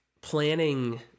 planning